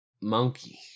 Monkey